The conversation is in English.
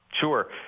Sure